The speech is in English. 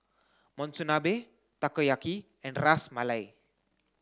Monsunabe Takoyaki and Ras Malai